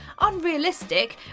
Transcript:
unrealistic